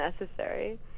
necessary